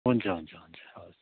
हुन्छ हुन्छ हुन्छ हवस्